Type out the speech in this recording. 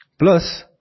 Plus